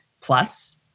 Plus